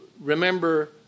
Remember